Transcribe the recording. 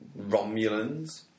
Romulans